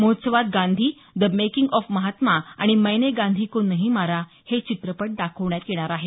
महोत्सवात Gandhi the making of Mahatma आणि मैने गांधी को नही मारा हे चित्रपट दाखवण्यात येणार आहेत